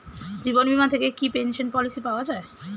জীবন বীমা থেকে কি পেনশন পলিসি পাওয়া যায়?